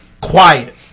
Quiet